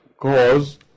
cause